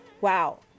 wow